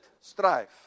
strife